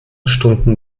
stunden